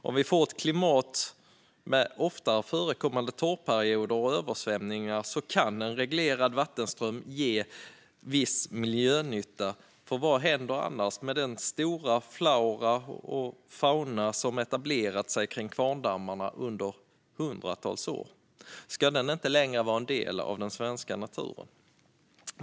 Om vi får ett klimat med oftare förekommande torrperioder och översvämningar kan en reglerad vattenström ge viss miljönytta, för vad händer annars med den stora flora och fauna som etablerat sig kring kvarndammarna under hundratals år? Ska den inte längre vara en del av vår natur?